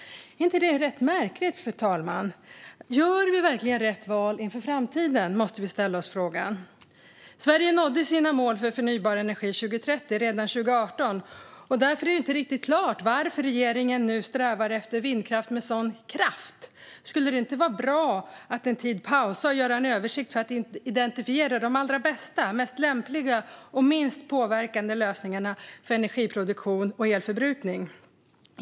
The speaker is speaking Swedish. Är inte det rätt märkligt, fru talman? Vi måste ställa oss frågan om vi verkligen gör rätt val inför framtiden. Sverige nådde sina mål för förnybar energi 2030 redan 2018, och det är därför inte riktigt klart varför regeringen nu strävar efter vindkraft med sådan kraft. Skulle det inte vara bra att pausa en tid och göra en översikt för att identifiera de allra bästa, mest lämpliga och minst påverkande lösningarna för energiproduktion och elförbrukning?